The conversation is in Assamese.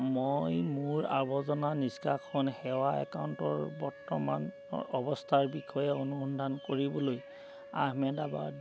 মই মোৰ আৱৰ্জনা নিষ্কাশন সেৱা একাউণ্টৰ বৰ্তমান অৱস্থাৰ বিষয়ে অনুসন্ধান কৰিবলৈ আহমেদাবাদ